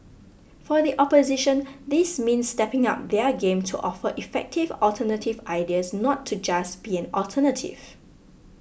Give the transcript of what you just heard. for the opposition this means stepping up their game to offer effective alternative ideas not to just be an alternative